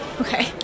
Okay